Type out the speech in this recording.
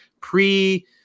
pre-